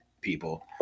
people